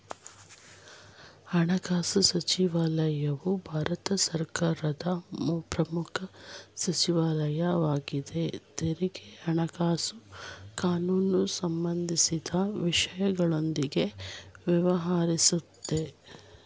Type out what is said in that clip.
ಹಣಕಾಸುಸಚಿವಾಲಯವು ಭಾರತ ಸರ್ಕಾರದ ಪ್ರಮುಖ ಸಚಿವಾಲಯ ವಾಗಿದೆ ತೆರಿಗೆ ಹಣಕಾಸು ಕಾನೂನುಸಂಬಂಧಿಸಿದ ವಿಷಯಗಳೊಂದಿಗೆ ವ್ಯವಹರಿಸುತ್ತೆ